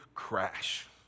crash